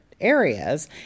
areas